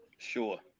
sure